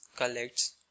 Collects